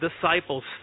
disciples